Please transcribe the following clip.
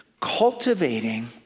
Cultivating